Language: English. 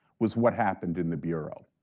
was what happened in the bureau.